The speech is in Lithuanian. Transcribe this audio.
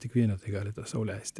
tik vienetai gali tą sau leisti